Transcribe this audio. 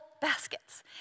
baskets